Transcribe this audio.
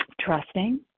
trusting